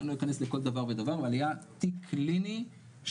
לא נכנס לכל דבר ודבר אבל היה תיק קליני שבו